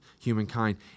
humankind